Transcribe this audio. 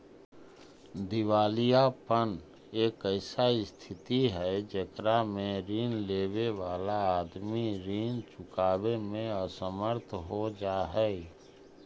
दिवालियापन एक ऐसा स्थित हई जेकरा में ऋण लेवे वाला आदमी ऋण चुकावे में असमर्थ हो जा हई